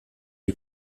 die